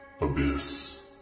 abyss